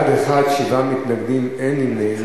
בעד, 1, שבעה מתנגדים, אין נמנעים.